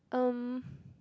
um